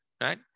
right